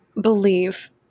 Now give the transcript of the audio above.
believe